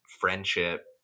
friendship